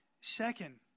Second